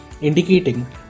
indicating